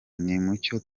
nimucyo